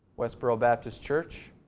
westboro baptist church